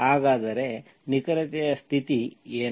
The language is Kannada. ಹಾಗಾದರೆ ನಿಖರತೆಯ ಸ್ಥಿತಿ ಏನು